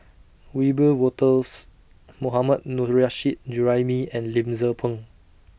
Wiebe Wolters Mohammad Nurrasyid Juraimi and Lim Tze Peng